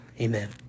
Amen